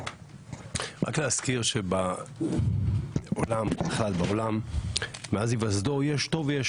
רק להזכיר שבעולם מאז היווסדו יש טוב ויש